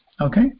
okay